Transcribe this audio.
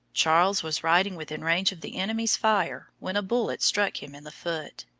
charles was riding within range of the enemy's fire when a bullet struck him in the foot.